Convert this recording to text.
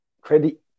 credit